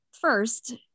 First